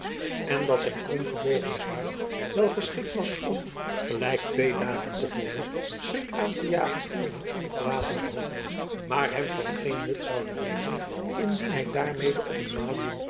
en dat zijn kromgebogen zwaard wel geschikt was om gelijk twee dagen te voren schrik aan te jagen onder een ongewapenden hoop maar hem van geen nut zoude wezen indien hij daarmede op een